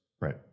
Right